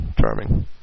charming